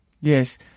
Yes